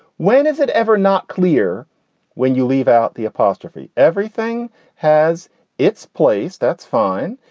when is it ever not clear when you leave out the apostrophe? everything has its place. that's fine.